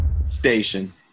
Station